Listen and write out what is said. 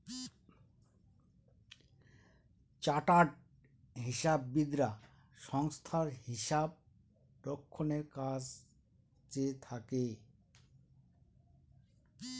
chartered হিসাববিদরা সংস্থায় হিসাব রক্ষণের কাজে থাকে